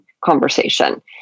conversation